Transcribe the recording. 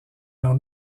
dans